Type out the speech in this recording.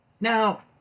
Now